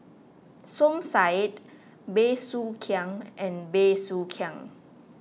Som Said Bey Soo Khiang and Bey Soo Khiang